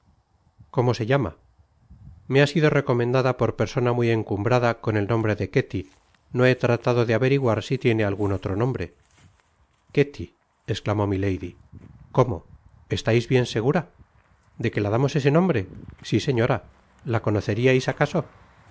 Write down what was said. cómo se llama me ha sido recomendada por persona muy encumbrada con el nombre de fcefti no he tratado de averiguar si tiene algun otro nombre ketty esclamó mitady cómo estais bien segura de qué la damos ese nombre si señora la conoceríais acaso